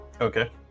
Okay